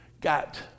got